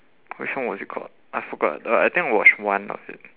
which one was it called I forgot uh I think I watched one of it